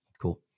cool